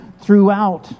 throughout